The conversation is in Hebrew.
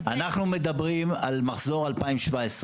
לא אמרנו לא מקיימים הסכמים לבחון את